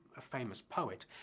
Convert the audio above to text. a famous poet,